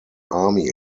army